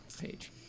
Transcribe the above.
page